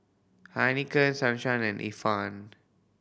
Heinekein Sunshine and Ifan